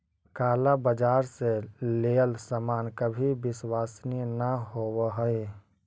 काला बाजार से लेइल सामान कभी विश्वसनीय न होवअ हई